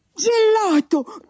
gelato